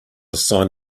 sign